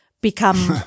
become